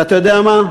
ואתה יודע מה,